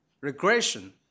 regression